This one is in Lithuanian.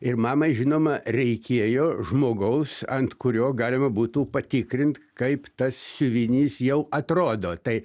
ir mamai žinoma reikėjo žmogaus ant kurio galima būtų patikrint kaip tas siuvinys jau atrodo tai